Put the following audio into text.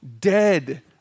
dead